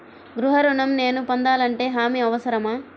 గృహ ఋణం నేను పొందాలంటే హామీ అవసరమా?